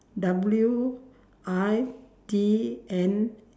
W I T N